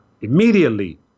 Immediately